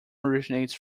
originates